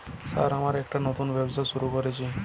Sir আমি একটি নতুন ব্যবসা শুরু করেছি?